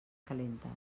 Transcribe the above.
calentes